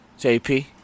JP